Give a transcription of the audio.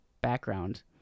background